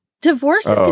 divorce